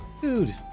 dude